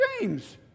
James